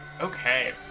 Okay